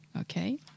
okay